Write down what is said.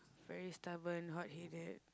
very stubborn hot headed